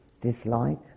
dislike